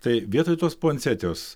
tai vietoj tos puansetijos